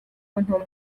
n’intumwa